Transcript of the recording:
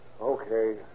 Okay